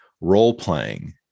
role-playing